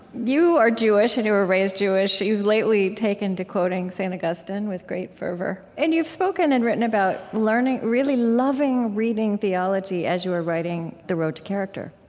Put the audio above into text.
you are jewish, and you were raised jewish. you've lately taken to quoting saint augustine with great fervor. and you've spoken and written about really loving reading theology as you were writing the road to character.